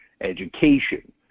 education